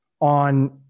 on